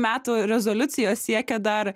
metų rezoliucijos siekia dar